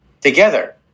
together